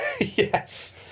yes